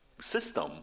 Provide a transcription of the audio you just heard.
system